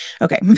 Okay